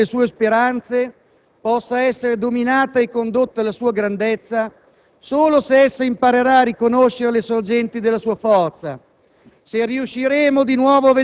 con tutti i suoi pericoli e le sue speranze, possa essere dominata e condotta alla sua grandezza solo se essa imparerà a riconoscere le sorgenti della sua forza,